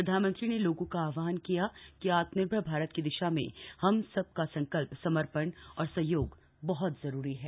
प्रधानमंत्री ने लोगों का आह्वान किया कि आत्मनिर्भर भारत की दिशा में हम सब का संकल्प समर्पण और सहयोग बहत जरूरी है